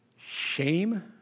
shame